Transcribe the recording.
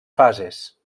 fases